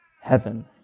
heaven